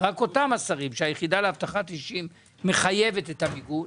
רק אותם השרים שהיחידה לאבטחת אישים מחייבת את המיגון,